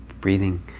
breathing